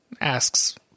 asks